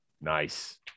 nice